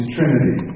Trinity